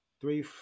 three